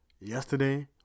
Yesterday